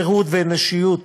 חירות ואנושיות